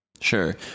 Sure